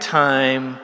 time